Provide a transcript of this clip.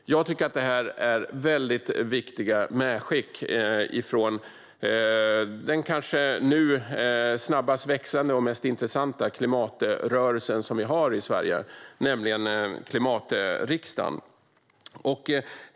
Jag tycker att det här är väldigt viktiga medskick från den kanske nu snabbast växande och mest intressanta klimatrörelse som vi har i Sverige, nämligen klimatriksdagen. Herr talman!